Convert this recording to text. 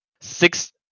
six